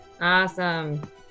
Awesome